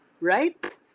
right